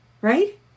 right